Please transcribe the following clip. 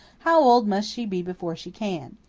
how old must she be before she can?